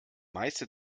meiste